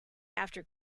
after